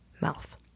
mouth